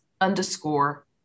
underscore